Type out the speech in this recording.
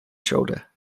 shoulder